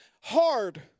hard